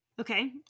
Okay